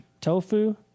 tofu